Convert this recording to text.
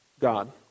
God